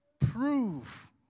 prove